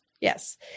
Yes